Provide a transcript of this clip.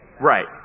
Right